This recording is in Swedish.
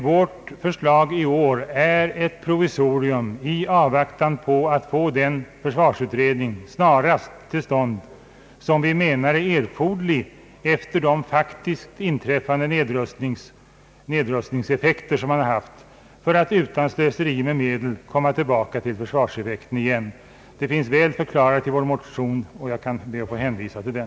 Vårt förslag i år är emellertid ett provisorium i avvaktan på att den försvarsutredning snarast skall komma till stånd, som är erforderlig efter de faktiskt inträffade nedrustningseffekter vi haft, så att man utan slöseri med medel kan uppnå samma försvarseffekt igen. Detta finns väl förklarat i vår motion, och jag ber att få hänvisa till den.